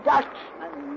Dutchman